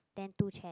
then two chair